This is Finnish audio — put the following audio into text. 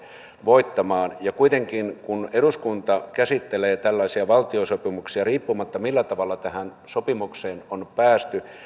voittamaan kuitenkin kun eduskunta käsittelee tällaisia valtiosopimuksia niin riippumatta siitä millä tavalla tähän sopimukseen on päästy